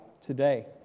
today